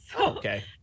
Okay